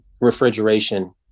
refrigeration